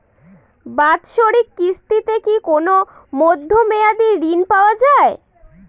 বাৎসরিক কিস্তিতে কি কোন মধ্যমেয়াদি ঋণ পাওয়া যায়?